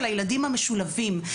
של הילדים המשולבים,